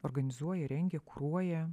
organizuoja rengia kuruoja